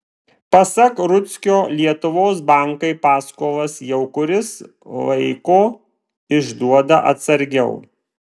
pasak rudzkio lietuvos bankai paskolas jau kuris laiko išduoda atsargiau